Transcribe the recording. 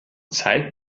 zeig